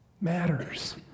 matters